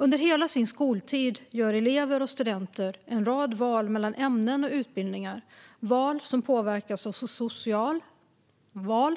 Under hela sin skoltid gör elever och studenter en rad val mellan ämnen och utbildningar. Det är val